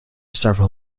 several